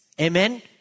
Amen